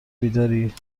بیداری